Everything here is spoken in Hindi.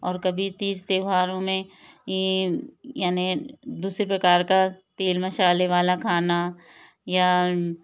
और कभी तीज त्योहारों में ई यानी दूसरे प्रकार का तेल मसाले वाला खाना या